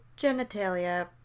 genitalia